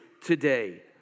today